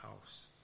house